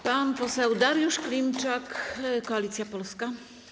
Pan poseł Dariusz Klimczak, Koalicja Polska.